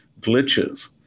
glitches